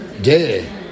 day